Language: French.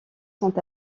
sont